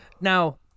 Now